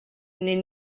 n’est